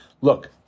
Look